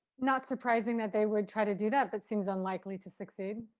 not surprising that they would try to do that but seems unlikely to succeed